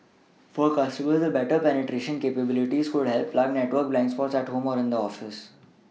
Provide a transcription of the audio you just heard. for consumers the better penetration capabilities could help plug network blind spots at home or in the office